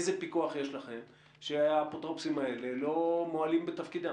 איזה פיקוח יש לכם שהאפוטרופוסים הללו לא מועלים בתפקידם?